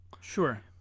Sure